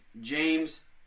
James